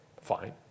fine